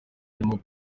barimo